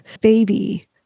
baby